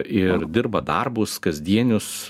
ir dirba darbus kasdienius